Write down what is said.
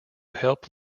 help